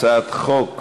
הצעת חוק הדגל,